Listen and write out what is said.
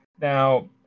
now